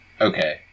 Okay